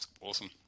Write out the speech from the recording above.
awesome